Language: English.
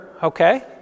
Okay